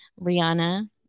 Rihanna